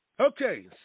Okay